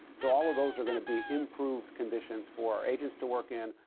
so all of those are going to be improved conditions for our agents to work in,